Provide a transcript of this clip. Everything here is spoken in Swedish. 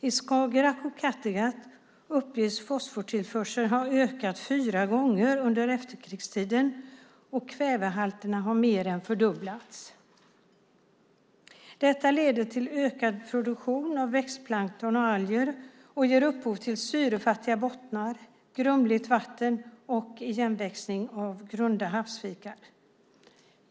I Skagerrack och Kattegatt uppges fosfortillförseln ha ökat fyra gånger under efterkrigstiden, och kvävehalterna har mer än fördubblats. Detta leder till ökad produktion av växtplankton och alger och ger upphov till syrefattiga bottnar, grumligt vatten och igenväxning av grunda havsvikar.